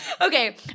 Okay